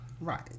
right